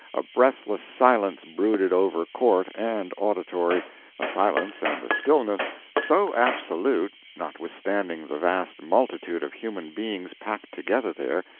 a breathless silence brooded over court and auditory a silence and a stillness so absolute, notwithstanding the vast multitude of human beings packed together there,